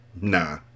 Nah